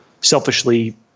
selfishly